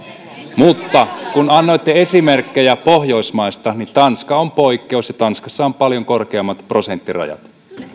mutta kun annoitte esimerkkejä pohjoismaista niin tanska on poikkeus ja tanskassa on paljon korkeammat prosenttirajat